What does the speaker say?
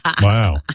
Wow